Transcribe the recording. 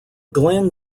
glen